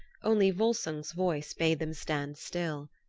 only volsung's voice bade them stand still.